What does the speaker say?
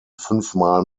fünfmal